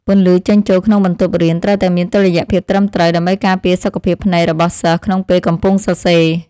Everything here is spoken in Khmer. ពន្លឺចេញចូលក្នុងបន្ទប់រៀនត្រូវតែមានតុល្យភាពត្រឹមត្រូវ ដើម្បីការពារសុខភាពភ្នែករបស់សិស្សក្នុងពេលកំពុងសរសេរ។